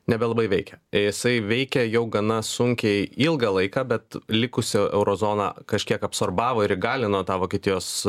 nebelabai veikia jisai veikė jau gana sunkiai ilgą laiką bet likusio euro zona kažkiek absorbavo ir įgalino tą vokietijos